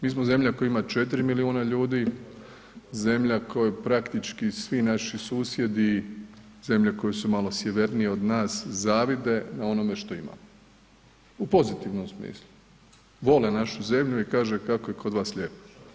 Mi smo zemlja koja ima 4 miliona ljudi, zemlja kojoj praktički svi naši susjedi, zemlje koje su naše sjevernije od nas zavide na onome što imamo, u pozitivnom smislu, vole našu zemlju i kažu kako je kod vas lijepo.